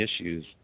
issues